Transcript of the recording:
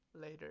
later